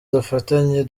dufatanye